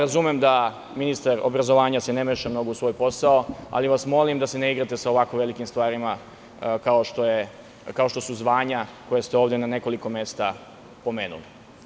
Razumem da se ministar obrazovanja ne meša mnogo u svoj posao, ali vas molim da se ne igrate sa ovako velikim stvarima, kao što su zvanja koja ste ovde na nekoliko mesta pomenuli.